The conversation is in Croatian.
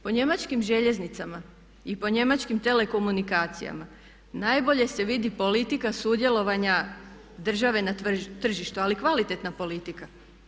Po njemačkim željeznicama i po njemačkim telekomunikacijama najbolje se vidi politika sudjelovanja države na tržištu, ali kvalitetna politika.